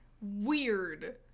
Weird